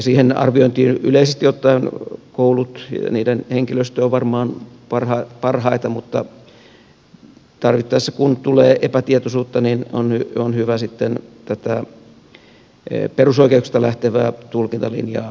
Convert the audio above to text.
siihen arviointiin yleisesti ottaen koulut ja niiden henkilöstö ovat varmaan parhaita mutta tarvittaessa kun tulee epätietoisuutta on hyvä sitten tätä perusoikeuksista lähtevää tulkintalinjaa selkeyttää